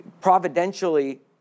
providentially